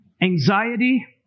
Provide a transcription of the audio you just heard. anxiety